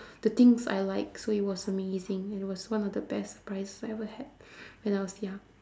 the things I like so it was amazing and it was one of the best prizes I ever had when I was young